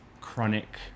chronic